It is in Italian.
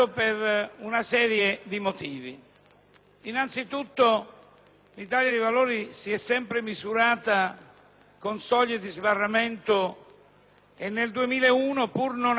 Innanzitutto, l'Italia dei Valori si è sempre misurata con soglie di sbarramento e nel 2001, pur non avendo raggiunto